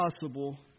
possible